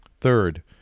Third